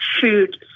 food